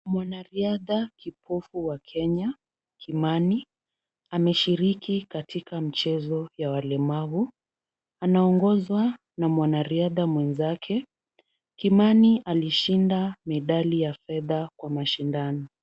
Mwanariadha kipofu wa Kenya Kimani. Ameshiriki katika mchezo ya walemavu. Anaongozwa na mwanariadha mwenzake. Kimani alishinda medali ya fedha kwa mashindano.